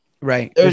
Right